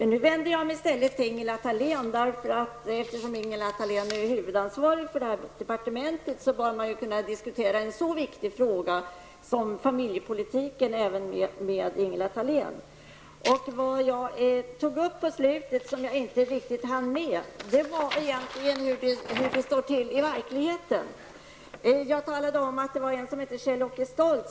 Nu vänder jag mig i stället till Ingela Thalén, eftersom hon har huvudansvaret för departementet. Då bör man kunna diskutera en så viktig fråga som familjepolitik även med Ingela Det jag tog upp på slutet och som jag inte riktigt hann med, var hur det står till i verkligheten. Jag talade om en man som heter Kjell-Åke Stolt.